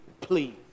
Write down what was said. please